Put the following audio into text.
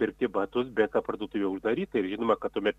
pirkti batus bet ta parduotuvė uždaryta ir žinoma kad tuomet